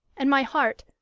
and my heart,